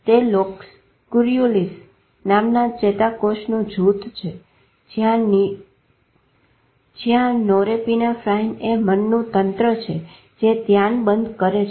તે locus coeruleus નામના ચેતાકોષોનું જૂથ છે જ્યાં નેરોપીનેફ્રાઈનએ મનનું તંત્ર છે જે ધ્યાન બંધ કરે છે